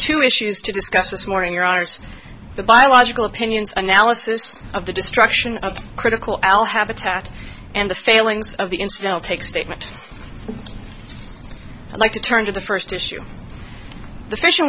two issues to discuss this morning are ours the biological opinions analysis of the destruction of critical al habitat and the failings of the incident take statement i'd like to turn to the first issue the fish